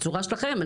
בתצורה שלכם.